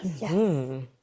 Yes